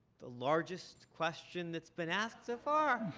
the largest question that's been asked so far.